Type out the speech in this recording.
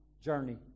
journey